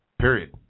period